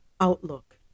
outlook